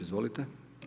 Izvolite.